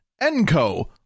Enco